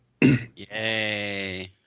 Yay